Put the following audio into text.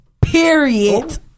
period